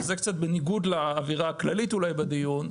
וזה קצת בניגוד לאווירה הכללית אולי בדיון,